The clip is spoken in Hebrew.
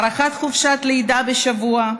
הארכת חופשת לידה בשבוע,